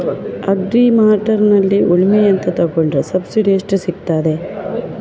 Agri ಮಾರ್ಟ್ನಲ್ಲಿ ಉಳ್ಮೆ ಯಂತ್ರ ತೆಕೊಂಡ್ರೆ ಸಬ್ಸಿಡಿ ಎಷ್ಟು ಸಿಕ್ತಾದೆ?